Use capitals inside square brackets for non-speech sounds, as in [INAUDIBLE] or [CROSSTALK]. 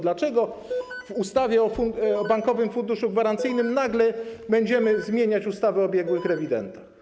Dlaczego [NOISE] w ustawie o Bankowym Funduszu Gwarancyjnym nagle będziemy zmieniać ustawę o biegłych rewidentach?